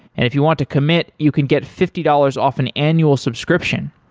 if you want to commit, you can get fifty dollars off an annual subscription.